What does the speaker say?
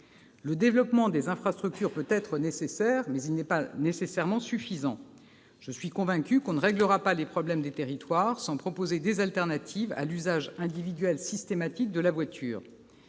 Le développement des infrastructures peut être nécessaire, mais il n'est pas forcément suffisant. Je suis convaincue que l'on ne réglera pas les problèmes des territoires sans proposer des alternatives à l'usage individuel systématique de la voiture.